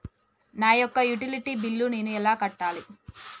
నా యొక్క utility bill నేను ఎలా కట్టాలి?